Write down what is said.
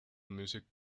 music